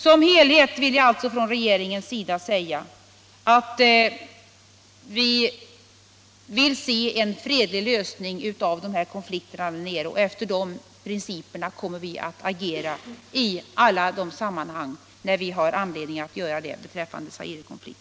Sammanfattningsvis vill jag alltså från regeringens sida säga att vi vill se en fredlig lösning på Zairekonflikten, och efter den principen kommer vi att agera i alla de sammanhang vi har anledning att göra det.